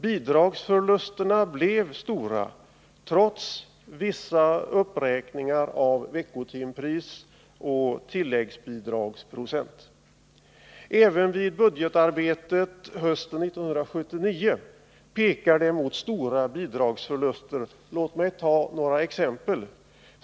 Bidragsförlusterna blev stora, trots vissa uppräkningar av veckotimpris och tilläggsbidragsprocent. Även vid budgetarbetet efter 1979 pekar det mot stora bidragsförluster. Låt mig ta några exempel!